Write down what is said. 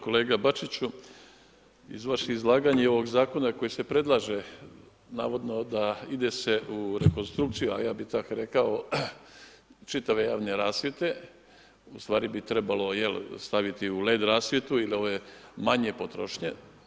Kolega Bačiću, iz vaših izlaganja i ovog zakona koji se predlaže, navodno da ide se u rekonstrukciju a ja bih tako rekao čitave javne rasvjete, ustvari bi trebalo staviti u led rasvjetu ili ove manje potrošnje.